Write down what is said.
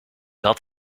had